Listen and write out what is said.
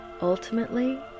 Ultimately